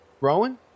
Rowan